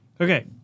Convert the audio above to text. Okay